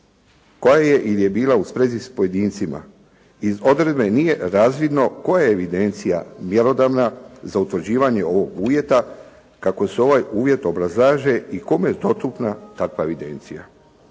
koja je ili je bila u svezi sa pojedincima. Iz odredbe nije razvidno koja je evidencija mjerodavna za utvrđivanje ovoga uvjeta kako se ovaj uvjet obrazlaže i kome je dostupna takva evidencija.